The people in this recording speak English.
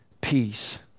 peace